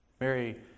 Mary